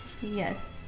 Yes